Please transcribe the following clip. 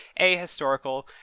ahistorical